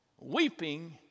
Weeping